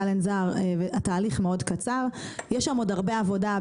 יש שם עוד הרבה עבודה בהקשר של כמה שכר צריך